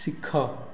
ଶିଖ